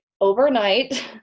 overnight